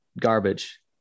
garbage